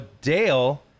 Dale